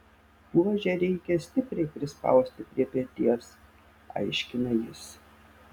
buožę reikia stipriai prispausti prie peties aiškina jis